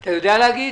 אתה יודע להגיד?